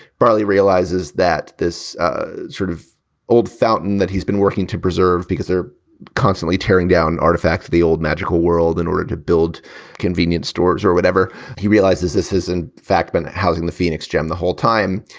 barley realizes that this sort of old fountain that he's been working to preserve because they're constantly tearing down artifacts, the old magical world, in order to build convenience stores or whatever. he realizes this has in fact, been housing the phoenix gem the whole time.